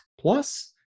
plus